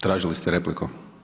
Tražili ste repliku.